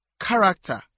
character